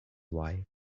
wife